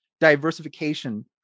diversification